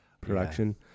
production